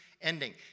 ending